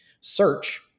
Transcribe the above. search